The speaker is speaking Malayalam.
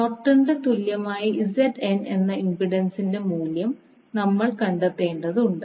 നോർട്ടന്റെ തുല്യമായ എന്ന ഇംപെൻഡൻസിന്റെ മൂല്യം നമ്മൾ കണ്ടെത്തേണ്ടതുണ്ട്